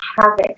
havoc